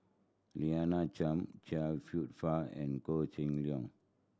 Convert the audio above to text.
Lina Chiam Chia Kwek Fah and Koh Seng Leong